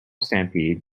stampede